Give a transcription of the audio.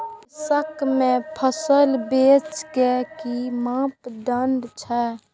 PACS में फसल बेचे के कि मापदंड छै?